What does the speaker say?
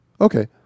Okay